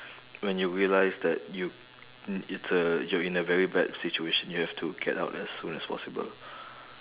when you realise that you it's a you're in a very bad situation you have to get out as soon as possible